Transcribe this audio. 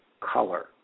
Color